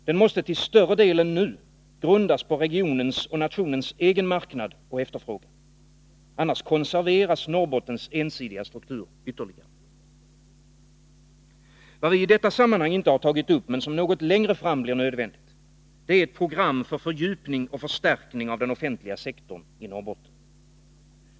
Den måste till större del än nu grundas på regionens och nationens egen marknad och efterfrågan. Annars konserveras Norrbottens ensidiga struktur ytterligare. Vad vi i detta sammanhang inte tagit upp, men som något längre fram blir nödvändigt, är ett program för fördjupning och förstärkning av den offentliga sektorn i Norrbotten.